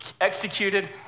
executed